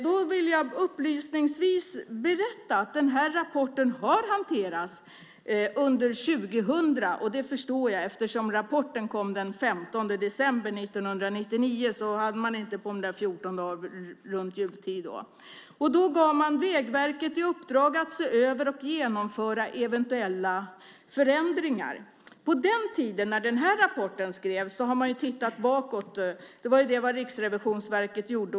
Jag vill upplysningsvis berätta att rapporten har hanterats under år 2000. Det förstår jag eftersom rapporten lades fram den 15 december 1999. Sedan var det 14 dagar runt jultid. Vägverket gavs i uppdrag att se över och genomföra eventuella förändringar. När rapporten skrevs hade man tittat bakåt. Det var vad Riksrevisionsverket hade gjort.